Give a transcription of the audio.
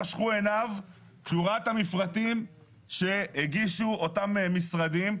חשכו עיניו כי הוא ראה את המפרטים שהגישו אותם משרדים.